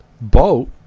boat